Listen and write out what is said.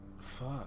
Fuck